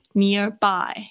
nearby